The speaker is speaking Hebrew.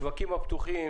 לגבי השווקים הפתוחים